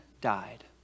died